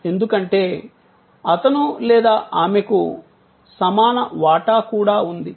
ఎందుకంటే అతను లేదా ఆమెకు సమాన వాటా కూడా ఉంది